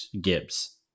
Gibbs